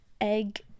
egg